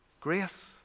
grace